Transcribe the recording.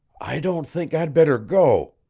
i don't think i'd better go,